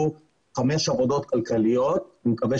נעשו 5 עבודות כלכליות - ואני מקווה